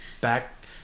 back